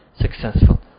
successful